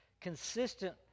consistent